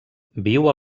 viu